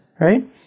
Right